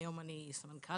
והיום אני סמנכ"לית.